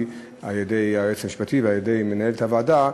על-ידי היועץ המשפטי ועל-ידי מנהלת הוועדה,